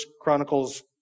Chronicles